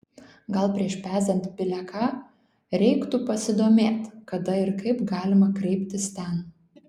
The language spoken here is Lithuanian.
gal prieš pezant bile ką reiktų pasidomėt kada ir kaip galima kreiptis ten